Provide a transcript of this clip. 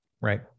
Right